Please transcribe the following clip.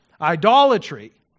Idolatry